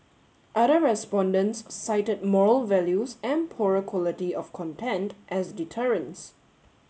other respondents cited moral values and poorer quality of content as deterrents